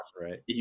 right